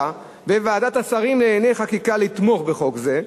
וועדת השרים לענייני חקיקה לתמוך בחוק זה.